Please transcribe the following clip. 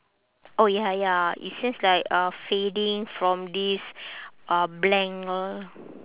oh ya ya it's just like uh fading from this uh blank l~